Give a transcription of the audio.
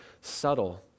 subtle